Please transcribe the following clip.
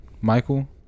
Michael